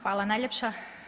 Hvala najljepša.